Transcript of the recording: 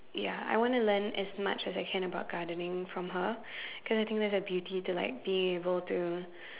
ya I wanna learn as much as I can about gardening from her cause I think there's a beauty to like being able to